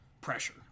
pressure